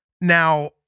now